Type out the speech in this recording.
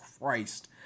Christ